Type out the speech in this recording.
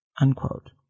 Unquote